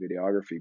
videography